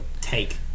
take